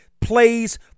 plays